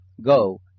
Go